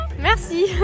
Merci